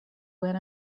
when